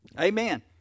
Amen